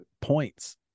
points